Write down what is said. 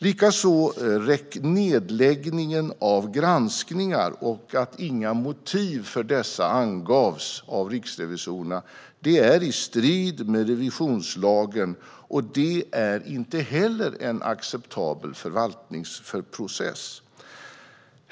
Likaså är nedläggningen av granskningar och att inga motiv för dessa angavs av riksrevisorerna i strid med revisionslagen, och det är inte heller en acceptabel förvaltningsprocess.